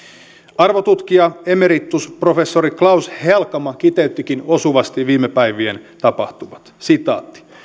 arvotutkija emeritusprofessori klaus helkama kiteyttikin osuvasti viime päivien tapahtumat